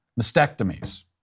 mastectomies